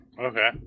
Okay